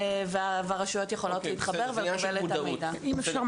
הרשויות יכולות להתחבר ולקבל את המידע.